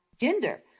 gender